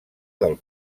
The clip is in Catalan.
del